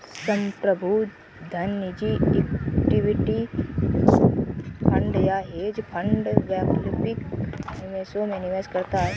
संप्रभु धन निजी इक्विटी फंड या हेज फंड वैकल्पिक निवेशों में निवेश करता है